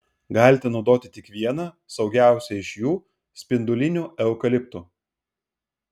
galite naudoti tik vieną saugiausią iš jų spindulinių eukaliptų